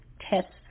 tests